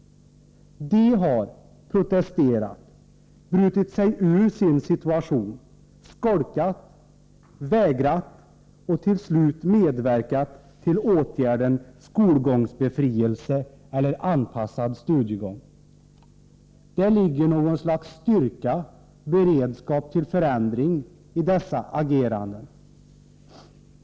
De har protesterat, brutit sig ur sin situation, skolkat, vägrat och till slut medverkat till åtgärden skolgångsbefrielse eller anpassad studiegång. Det ligger något slags styrka, beredskap till förändring i dessa ageranden.